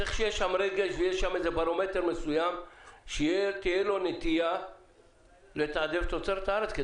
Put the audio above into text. צריך שיהיה שם רגש ואיזה ברומטר מסוים שתהיה לו נטייה לתעדף תוצרת הארץ.